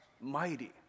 mighty